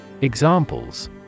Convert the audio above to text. Examples